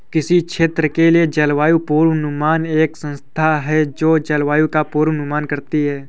किसी क्षेत्र के लिए जलवायु पूर्वानुमान एक संस्था है जो जलवायु का पूर्वानुमान करती है